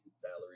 salary